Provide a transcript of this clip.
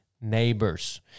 Neighbors